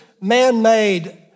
man-made